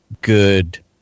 good